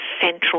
central